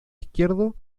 izquierdo